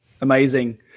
amazing